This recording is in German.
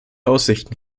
aussichten